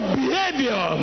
behavior